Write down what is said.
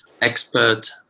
expert